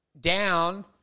down